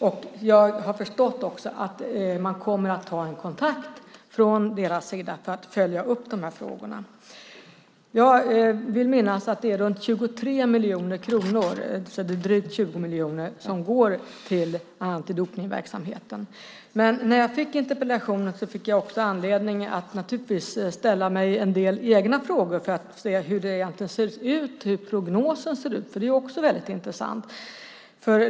Jag har också förstått att man kommer att ta kontakt från deras sida för att följa upp de här frågorna. Jag vill minnas att det är runt 23 miljoner kronor som går till antidopningsverksamheten. Men när jag fick interpellationen fick jag också anledning att ställa en del egna frågor för att se hur prognosen egentligen ser ut. Det är också väldigt intressant.